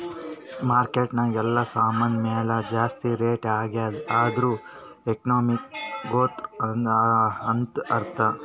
market ನಾಗ್ ಎಲ್ಲಾ ಸಾಮಾನ್ ಮ್ಯಾಲ ಜಾಸ್ತಿ ರೇಟ್ ಆಗ್ಯಾದ್ ಅಂದುರ್ ಎಕನಾಮಿಕ್ ಗ್ರೋಥ್ ಅಂತ್ ಅರ್ಥಾ